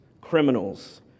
criminals